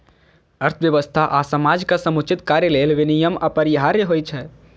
अर्थव्यवस्था आ समाजक समुचित कार्य लेल विनियम अपरिहार्य होइ छै